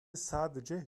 sadece